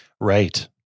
Right